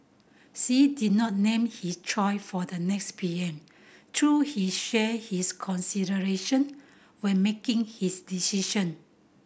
say did not name his choice for the next P M though he shared his considerations when making his decision